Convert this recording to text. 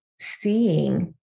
seeing